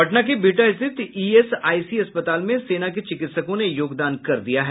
पटना के बिहटा स्थित ईएसआईसी अस्पताल में सेना के चिकित्सकों ने योगदान कर दिया है